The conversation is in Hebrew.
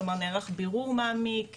כלומר נערך בירור מעמיק,